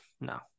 no